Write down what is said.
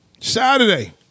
Saturday